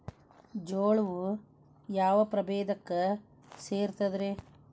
ಜೋಳವು ಯಾವ ಪ್ರಭೇದಕ್ಕ ಸೇರ್ತದ ರೇ?